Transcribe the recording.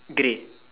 grey